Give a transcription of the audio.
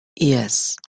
yes